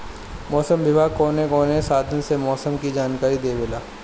मौसम विभाग कौन कौने साधन से मोसम के जानकारी देवेला?